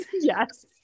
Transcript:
Yes